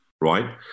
right